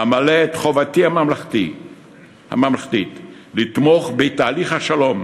אמלא את חובתי הממלכתית לתמוך בתהליך השלום